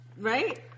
right